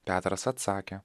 petras atsakė